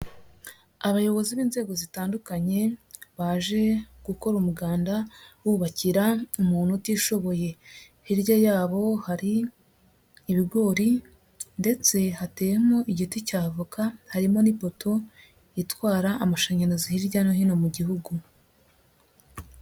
Abayobozi b'inzego zitandukanye, baje gukora umuganda, bubakira umuntu utishoboye, hirya yabo hari ibigori ndetse hateyemo igiti cya avoka, harimo n'ipoto itwara amashanyarazi hirya no hino mu gihugu.